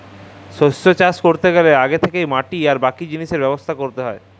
শস্য চাষ ক্যরতে গ্যালে আগে থ্যাকেই মাটি আর বাকি জিলিসের ব্যবস্থা ক্যরতে হ্যয়